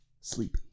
sleepy